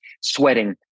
sweating